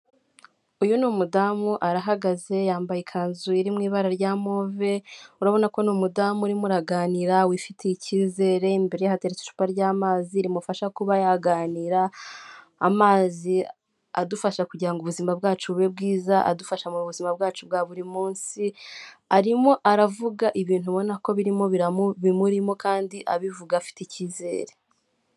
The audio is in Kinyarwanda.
Uyu ni umudamu arahagaze yambaye ikanzu iri mu ibara rya move, urabona ko ni umudamu urimo uraganira wifitiye icyizere, imbere ye hatetse icupa ry'amazi rimufasha kuba yaganira, amazi adufasha kugira ubuzima bwacubube bwiza, adufasha mu buzima bwacu bwa buri munsi, arimo aravuga ibintu ubona ko birimo bimurimo kandi abivuga afite ikizere.